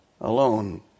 alone